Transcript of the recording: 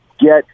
get